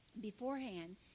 beforehand